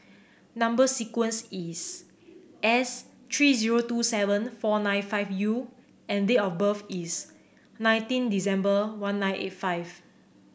number sequence is S three zero two seven four nine five U and date of birth is nineteen December one nine eight five